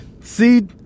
see